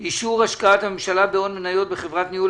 הצעת אישור השקעת הממשלה בהון מניות בחברת ניהול